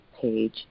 page